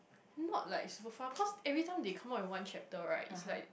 not like super far cause everytime they come out in one chapter right it's like